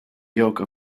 yoke